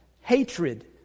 hatred